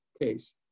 case